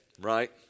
Right